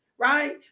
right